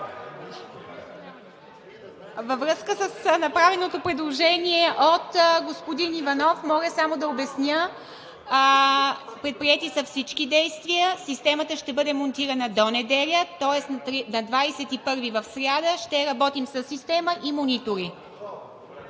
Във връзка с направеното предложение от господин Иванов, мога само да обясня – предприети са всички действия, системата ще бъде монтирана до неделя, тоест на 21-ви, в сряда, ще работим със система и монитори.